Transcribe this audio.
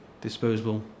disposable